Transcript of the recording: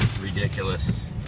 Ridiculous